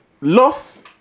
Loss